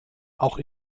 auch